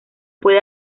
puede